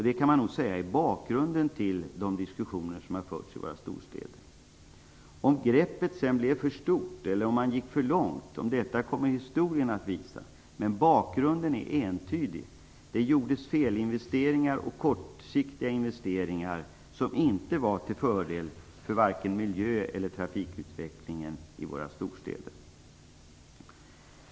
Det är detta som är bakgrunden till de diskussioner som har förts i våra storstäder. Om greppet sedan blev för stort eller om man gick för långt kommer historien att visa. Men bakgrunden är entydig. Det gjordes felinvesteringar och kortsiktiga investeringar som inte var till fördel för vare sig miljön eller trafikutvecklingen i våra storstäder.